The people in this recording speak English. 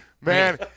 Man